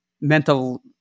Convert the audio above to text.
mental